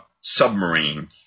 submarine